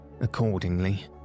Accordingly